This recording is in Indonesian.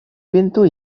pintu